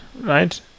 right